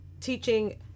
teaching